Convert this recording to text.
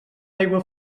aigua